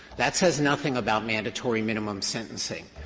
that says nothing about mandatory minimum sentencing.